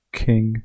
king